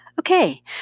Okay